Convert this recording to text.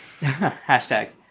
Hashtag